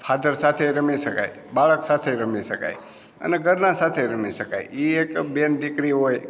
father સાથે રમી શકાય બાળક સાથે રમી શકાય અને ઘરના સાથે રમી શકાય એ એક બેન દીકરી હોય